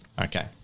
Okay